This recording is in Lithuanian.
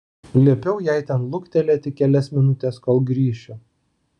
liepiau jai ten luktelėti kelias minutes kol grįšiu